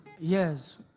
Yes